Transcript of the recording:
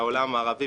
המערבי.